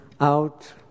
out